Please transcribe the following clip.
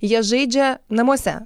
jie žaidžia namuose